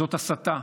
זאת הסתה.